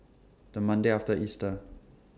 The Monday after Easter